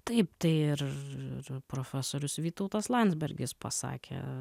taip tai ir ir profesorius vytautas landsbergis pasakė